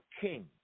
king